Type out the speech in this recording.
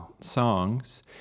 songs